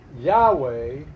Yahweh